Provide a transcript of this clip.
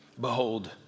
behold